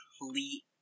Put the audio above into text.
complete